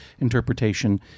interpretation